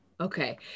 Okay